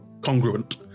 congruent